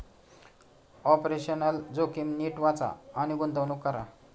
operational जोखीम नीट वाचा आणि गुंतवणूक करा